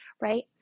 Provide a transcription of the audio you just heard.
right